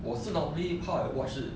我是 normally how I watch 是